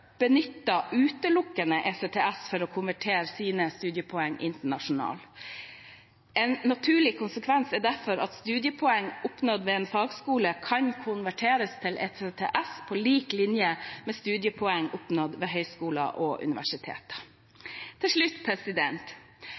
utelukkende ECTS for å konvertere sine studiepoeng internasjonalt. En naturlig konsekvens er derfor at studiepoeng som er oppnådd ved en fagskole, kan konverteres til ECTS på lik linje med studiepoeng som er oppnådd ved høyskoler og universiteter. Til slutt: